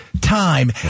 time